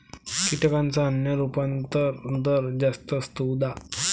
कीटकांचा अन्न रूपांतरण दर जास्त असतो, उदा